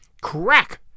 Crack